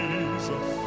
Jesus